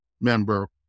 member